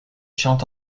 chante